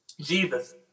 Jesus